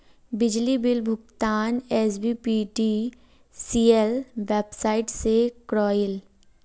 बिजली बिल भुगतान SBPDCL website से क्रॉइल